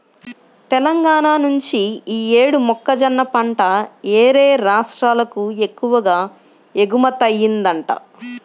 తెలంగాణా నుంచి యీ యేడు మొక్కజొన్న పంట యేరే రాష్ట్రాలకు ఎక్కువగా ఎగుమతయ్యిందంట